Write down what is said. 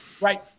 right